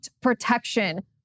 protection